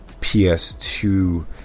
PS2